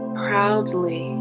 proudly